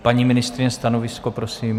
Paní ministryně, stanovisko prosím.